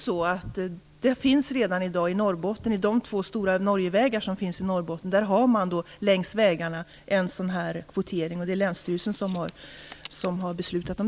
Men när det gäller de två stora Norgevägar som finns i Norrbotten har man redan en sådan kvotering, vilken länsstyrelsen har beslutat om.